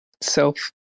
Self